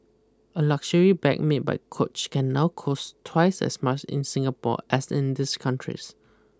a luxury bag made by Coach can now cost twice as much in Singapore as in these countries